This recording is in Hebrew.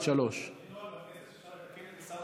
אין עוד דברים, השר ניסנקורן,